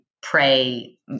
pray